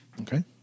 Okay